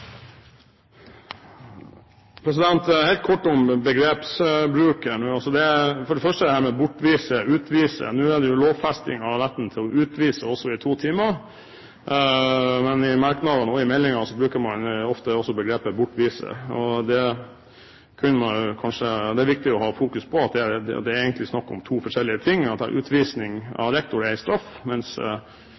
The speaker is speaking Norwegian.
Helt kort om begrepsbruken – for det første dette med bortvise og utvise: Nå er det jo lovfesting av retten til å utvise i to timer. Men i merknaden og i meldingen bruker men også ofte begrepet «bortvise». Det er viktig å ha fokus på at det egentlig er snakk om to forskjellige ting – at utvisning foretatt av rektor er en straff, mens